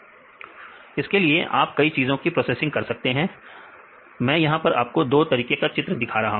इसी तरीके से आप कई चित्रों की प्रोसेसिंग कर सकते हैं मैं यहां पर आपको 2 तरीके के चित्र दिखा रहा हूं